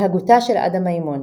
מהגותה של עדה מימון